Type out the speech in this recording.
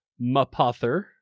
Mapother